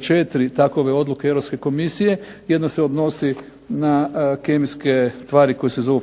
četiri takove odluke Europske Komisije, jedna se odnosi na kemijske tvari koje se zovu